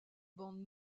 bande